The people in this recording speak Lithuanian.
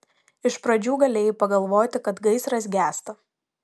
iš pradžių galėjai pagalvoti kad gaisras gęsta